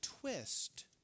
twist